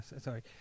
Sorry